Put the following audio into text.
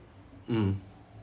mm